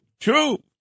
true